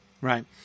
right